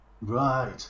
Right